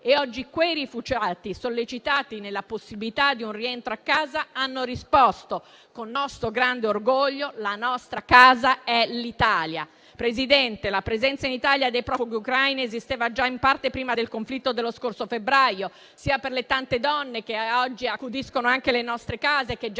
Oggi quei rifugiati, sollecitati nella possibilità di un rientro a casa, hanno risposto - con nostro grande orgoglio - che la loro casa è l'Italia! Presidente, la presenza in Italia dei profughi ucraini esisteva già in parte prima del conflitto dello scorso febbraio, sia per le tante donne che accudiscono le nostre case, che già